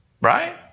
Right